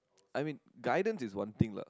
I mean guidance is one thing